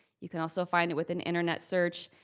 you can also find it with an internet search.